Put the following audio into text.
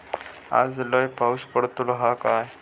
आज लय पाऊस पडतलो हा काय?